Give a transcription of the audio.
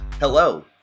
Hello